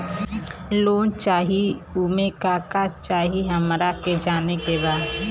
Loan चाही उमे का का चाही हमरा के जाने के बा?